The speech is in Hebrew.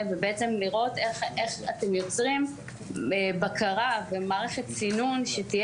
ובעצם לראות איך אתם יוצרים בקרה ומערכת סינון שתהיה